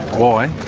why?